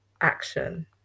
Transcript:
action